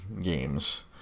games